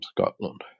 Scotland